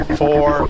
four